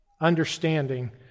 understanding